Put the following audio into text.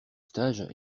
stage